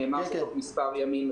שנאמר שבתוך מספר ימים,